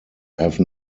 have